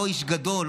אותו איש גדול,